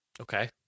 Okay